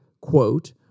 quote